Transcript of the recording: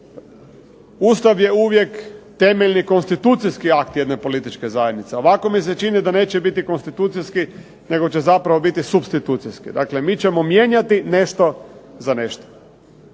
Ustav je uvijek temeljni konstitucijski akt jedne političke zajednice, a ovako mi se čini da neće biti konstitucijski, nego će zapravo biti supstitucijski. Dakle, mi ćemo mijenjati nešto za nešto.